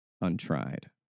untried